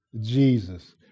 Jesus